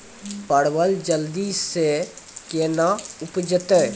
परवल जल्दी से के ना उपजाते?